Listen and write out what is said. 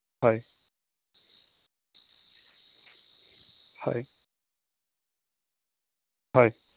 হয় হয় হয়